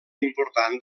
important